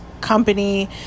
company